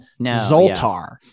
Zoltar